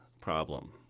problem